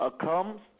Come